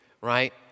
Right